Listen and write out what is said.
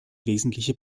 wesentliche